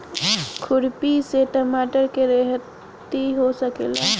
खुरपी से टमाटर के रहेती हो सकेला?